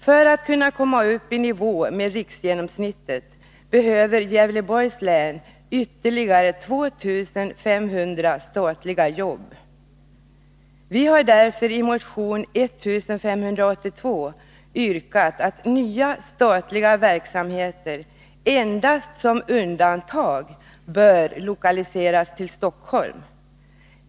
För att komma upp i nivå med riksgenomsnittet behöver Gävleborgs län ytterligare 2 500 statliga jobb. Vi har därför i motion 1582 yrkat att nya statliga verksamheter endast i undantagsfall skall lokaliseras till Stockholm.